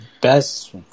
best